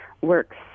works